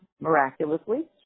miraculously